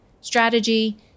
strategy